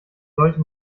sollte